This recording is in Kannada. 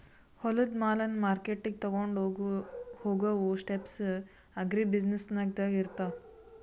ಹೊಲದು ಎಲ್ಲಾ ಮಾಲನ್ನ ಮಾರ್ಕೆಟ್ಗ್ ತೊಗೊಂಡು ಹೋಗಾವು ಸ್ಟೆಪ್ಸ್ ಅಗ್ರಿ ಬ್ಯುಸಿನೆಸ್ದಾಗ್ ಇರ್ತಾವ